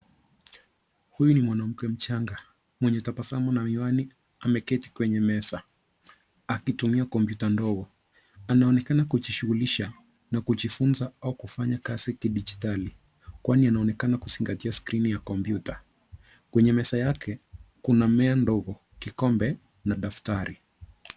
Huu ni wanamke mchanga mwenye tabasamu na miwani ameketi kwenye meza akitumia komputa ndogo. Anaonekana kujishughulisha na kujifunza au kufanya kazi kidigitali kwani anaoneka kuzigatia skreni ya komputa. Kwenye meza yake kuna mmea ndogo kikombe na daftari.